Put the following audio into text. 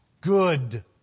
good